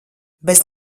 bez